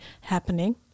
happening